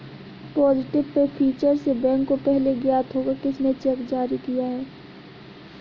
positive pay feature से bank को पहले ज्ञात होगा किसने चेक जारी किया है